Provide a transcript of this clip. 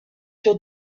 sur